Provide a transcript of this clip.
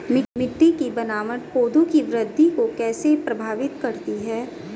मिट्टी की बनावट पौधों की वृद्धि को कैसे प्रभावित करती है?